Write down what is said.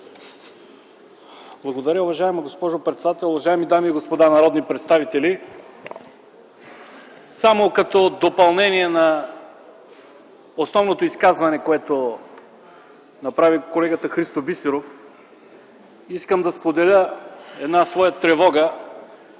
Благодаря, уважаема госпожо председател. Уважаеми дами и господа народни представители! Само като допълнение на основното изказване, което направи колегата Христо Бисеров, искам да споделя своя тревога